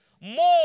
More